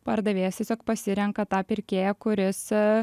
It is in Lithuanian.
pardavėjas tiesiog pasirenka tą pirkėją kuris